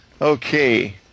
Okay